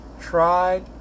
tried